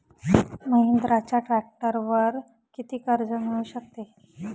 महिंद्राच्या ट्रॅक्टरवर किती कर्ज मिळू शकते?